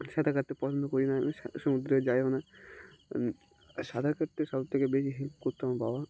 সাঁতার কাটতে পছন্দ করি না আমি সমুদ্রে যাইও না সাঁতার কাটতে সব থেকে বেশি হেল্প করতো আমার বাবা